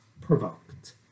provoked